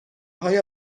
های